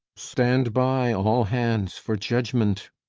stand by, all hands, for judgment.